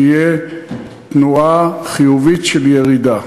תהיה תנועה חיובית של ירידה.